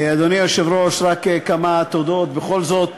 אדוני היושב-ראש, רק כמה תודות, בכל זאת.